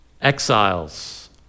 exiles